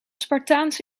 spartaans